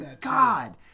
God